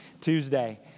Tuesday